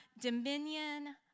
Dominion